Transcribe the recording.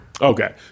Okay